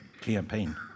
campaign